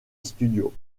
studios